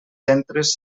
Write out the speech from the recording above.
centres